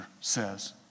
says